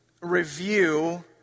review